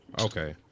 Okay